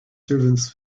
servants